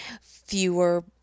fewer